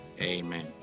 Amen